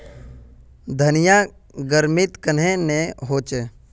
धनिया गर्मित कन्हे ने होचे?